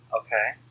Okay